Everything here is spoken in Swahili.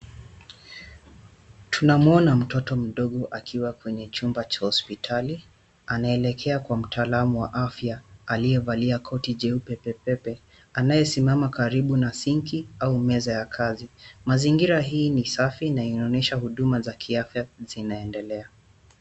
Tunamuona mtoto mdogo akiwa kwenye chumba cha hospitali, anaelekea kwa mtaalamu wa afya, aliyevalia koti jeupe pepepe, anayesimama karibu na sinki au meza ya kazi. Mazingira hii ni safi na inaonyesha huduma za kiafya zinaendelea.